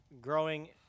growing